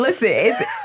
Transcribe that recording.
listen